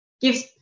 gives